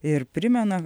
ir primena